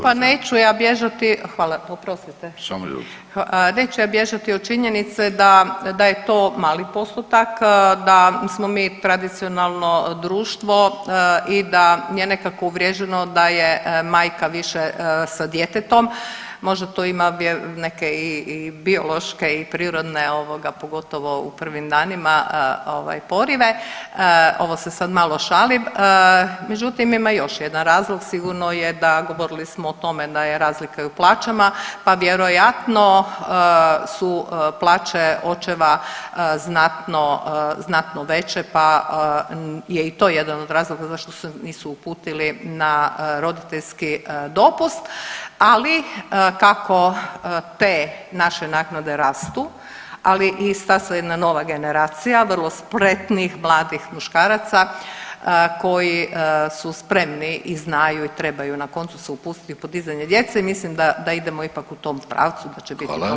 Pa neću ja bježati, hvala, oprostite [[Upadica: Samo izvolite.]] neću ja bježati od činjenice da, da je to mali postotak, da smo mi tradicionalno društvo i da je nekako uvriježeno da je majka više sa djetetom, možda tu ima neke i biološke i prirodne ovoga pogotovo u prvim danima ovaj porive, ovo se sad malo šalim, međutim ima još jedan razlog, sigurno je da, govorili smo o tome da je razlika i u plaćama, pa vjerojatno su plaće očeva znatno, znatno veće, pa je i to jedan od razloga zašto se nisu uputili na roditeljski dopust, ali kako te naše naknade rastu, ali i stasa jedna nova generacija vrlo spretnih mladih muškaraca koji su spremni i znaju i trebaju na koncu se upustiti u podizanje djece i mislim da, da idemo ipak u tom pravcu da će biti toga sve više.